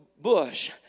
bush